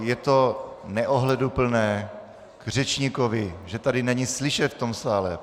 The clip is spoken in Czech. Je to neohleduplné k řečníkovi, že tady není slyšet v tom sále.